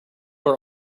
our